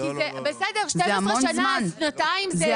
אנחנו רק 12 שנה אחרי.